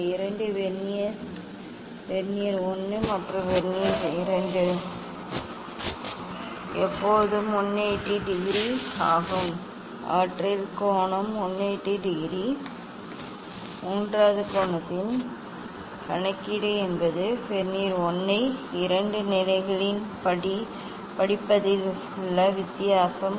இந்த இரண்டு verniers vernier 1 மற்றும் வெர்னியர் 2 எப்போதும் 180 டிகிரி ஆகும் அவற்றின் கோணம் 180 டிகிரி மூன்றாவது கோணத்தின் கணக்கீடு என்பது வெர்னியர் 1 ஐ இரண்டு நிலைகளில் படிப்பதில் உள்ள வித்தியாசம்